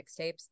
mixtapes